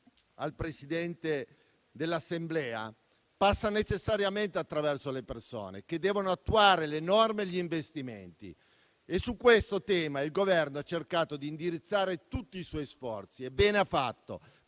al Presidente dell'Assemblea - passa necessariamente attraverso le persone che devono attuare le norme e gli investimenti. Su questo tema il Governo ha cercato di indirizzare tutti i suoi sforzi e bene ha fatto,